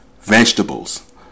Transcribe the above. vegetables